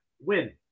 Win